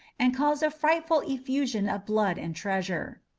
and caused a frightful effusion of blood and treasure.